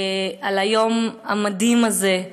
על היום המדהים הזה,